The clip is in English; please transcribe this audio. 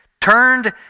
turned